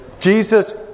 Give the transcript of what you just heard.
Jesus